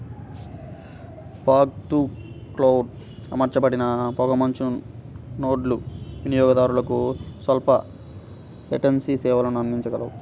fog to cloud అమర్చబడిన పొగమంచు నోడ్లు వినియోగదారులకు స్వల్ప లేటెన్సీ సేవలను అందించగలవు